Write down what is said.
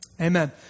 amen